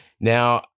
Now